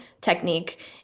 technique